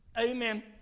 amen